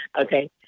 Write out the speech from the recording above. Okay